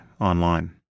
online